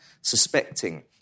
suspecting